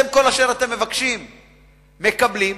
כל אשר אתם מבקשים אתם מקבלים,